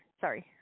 Sorry